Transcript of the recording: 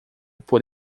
por